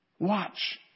Watch